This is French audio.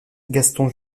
gaston